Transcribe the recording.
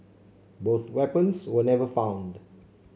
both weapons were never found